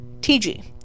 TG